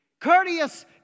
Courteous